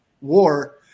war